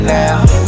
now